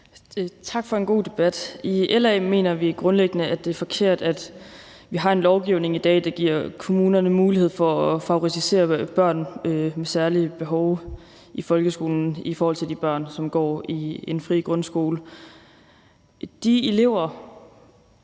Tak for en god debat. I LA mener vi grundlæggende, at det er forkert, at vi i dag har en lovgivning, der giver kommunerne mulighed for at favorisere børn med særlige behov i folkeskolen i forhold til de børn, som går i en fri grundskole. De elever,